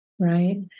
right